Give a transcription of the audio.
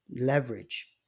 leverage